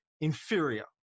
inferior